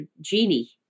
genie